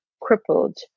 crippled